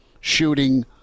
shooting